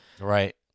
Right